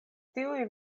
tiuj